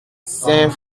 saint